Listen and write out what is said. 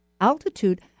altitude